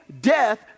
death